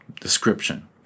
description